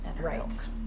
Right